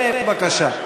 הנה, בבקשה.